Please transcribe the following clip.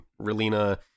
Relina